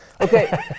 Okay